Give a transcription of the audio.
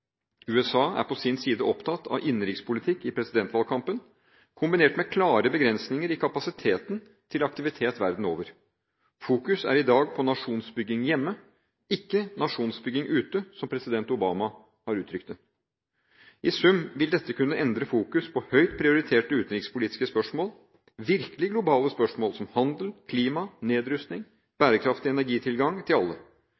USA er på sin side opptatt av innenrikspolitikk i presidentvalgkampen, kombinert med klare begrensninger i kapasiteten til aktivitet verden over. Fokus er i dag på nasjonsbygging hjemme, ikke nasjonsbygging ute, som president Obama har uttrykt det. I sum vil dette kunne endre fokus på høyt prioriterte utenrikspolitiske spørsmål – virkelige globale spørsmål som handel, klima,